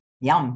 Yum